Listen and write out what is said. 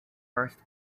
first